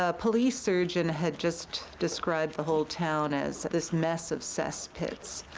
ah police surgeon had just described the whole town as this mess of cess pits.